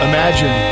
Imagine